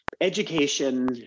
education